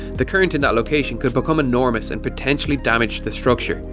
the current in that location could become enormous and potentially damage the structure.